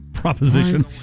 Proposition